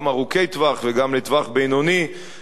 גם ארוכי-טווח וגם לטווח בינוני,